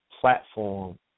platform